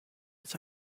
his